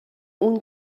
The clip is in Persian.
اون